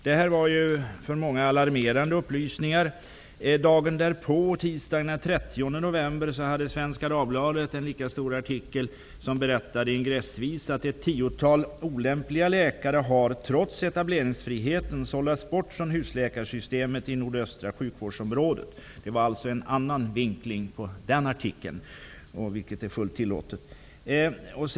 Detta var för många alarmerande upplysningar. Svenska Dagbladet en lika stor artikel. I ingressen till den berättades att ett tiotal olämpliga läkare, trots etableringsfriheten, har sållats bort från husläkarsystemet i nordöstra sjukvårdsområdet. Det var alltså en annan vinkling på den artikeln, vilket är fullt tillåtet.